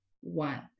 one